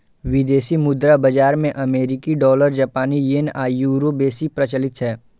विदेशी मुद्रा बाजार मे अमेरिकी डॉलर, जापानी येन आ यूरो बेसी प्रचलित छै